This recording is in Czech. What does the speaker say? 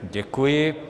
Děkuji.